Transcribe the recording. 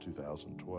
2012